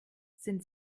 sind